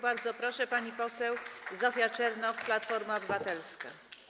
Bardzo proszę, pani poseł Zofia Czernow, Platforma Obywatelska.